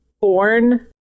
born